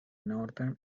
northern